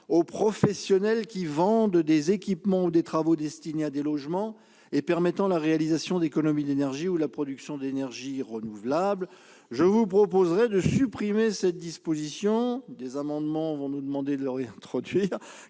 aux professionnels qui vendent des équipements ou des travaux destinés à des logements et permettant la réalisation d'économies d'énergie ou la production d'énergie renouvelable. Je vous proposerai de supprimer cette disposition- des amendements nous demanderont de la réintroduire